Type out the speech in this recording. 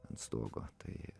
ant stogo tai